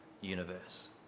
universe